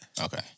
Okay